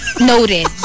Noted